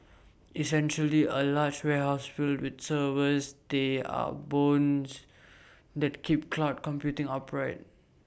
essentially A large warehouses filled with servers they are the bones that keep cloud computing upright